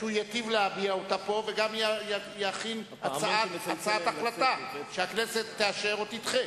שהוא ייטיב להביע אותה פה וגם יכין הצעת החלטה שהכנסת תאשר או תדחה,